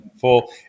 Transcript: full